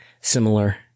similar